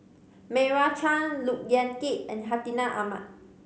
Meira Chand Look Yan Kit and Hartinah Ahmad